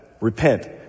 repent